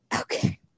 Okay